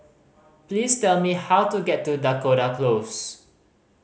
please tell me how to get to Dakota Close